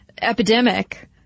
epidemic